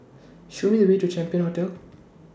Show Me The Way to Champion Hotel